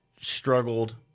struggled